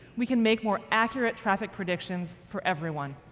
we can make more accurate traffic predictions for everyone.